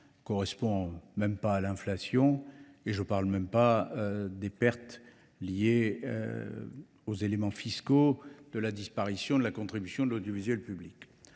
ne correspond même pas à l’inflation, sans parler des pertes liées aux éléments fiscaux issus de la disparition de la contribution à l’audiovisuel public.